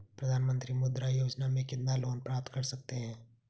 प्रधानमंत्री मुद्रा योजना में कितना लोंन प्राप्त कर सकते हैं?